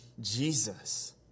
Jesus